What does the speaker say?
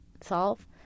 solve